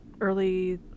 early